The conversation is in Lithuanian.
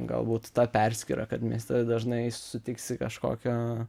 galbūt ta perskyra kad mieste dažnai sutiksi kažkokio